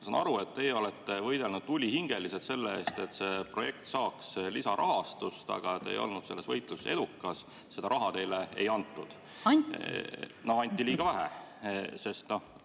saan aru, et teie olete võidelnud tulihingeliselt selle eest, et see projekt saaks lisarahastust, aga te ei ole olnud selles võitluses edukas. Seda raha teile ei antud. Anti! Anti! No anti liiga vähe, sest